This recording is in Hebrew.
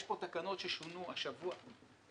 יש פה תקנות ששונו השבוע,